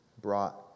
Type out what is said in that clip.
brought